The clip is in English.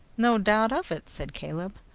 no doubt of it, said caleb.